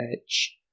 edge